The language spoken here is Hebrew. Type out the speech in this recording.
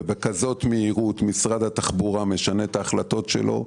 ובכזאת מהירות משרד התחבורה משנה את ההחלטות שלו,